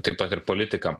taip pat ir politikam